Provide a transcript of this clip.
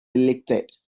deleted